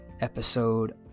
episode